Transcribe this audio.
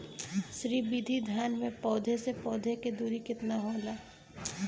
श्री विधि धान में पौधे से पौधे के दुरी केतना होला?